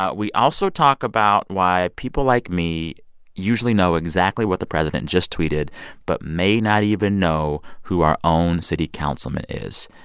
ah we also talk about why people like me usually know exactly what the president just tweeted but may not even know who our own city councilman is.